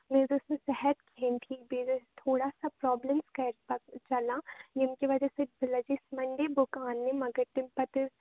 مےٚ حظ اوس نہٕ صحت کِہیٖنۍ ٹھیٖک بیٚیہِ حظ ٲس تھوڑا سا پرابلِمٕز گَرِ پتہٕ چَلان یَیٚمہِ کہِ وجہ سۭتۍ بہٕ لجٲس مَنٛڈے بُکہٕ اَننہِ مگر تمہِ پتہٕ حظ